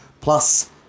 Plus